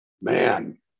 man